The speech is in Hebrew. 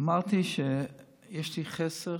אמרתי שיש לי מחסור